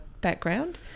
background